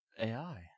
AI